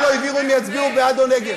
לא הבהירו אם הם יצביעו בעד או נגד.